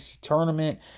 tournament